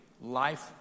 life